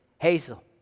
Hazel